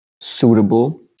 suitable